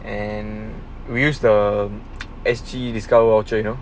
and we use the S_G discount voucher you know